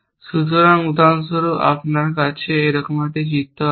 সুতরাং উদাহরণস্বরূপ আপনার কাছে এইরকম একটি চিত্র আছে